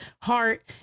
heart